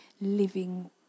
living